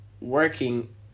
working